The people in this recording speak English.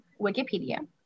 Wikipedia